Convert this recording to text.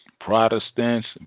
Protestants